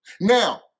Now